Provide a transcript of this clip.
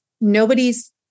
nobody's